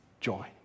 joy